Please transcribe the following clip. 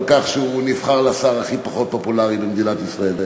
כך שהוא נבחר לשר הכי פחות פופולרי במדינת ישראל.